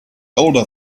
older